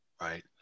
right